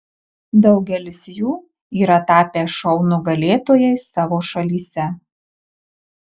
daugelis jų yra tapę šou nugalėtojais savo šalyse